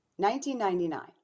1999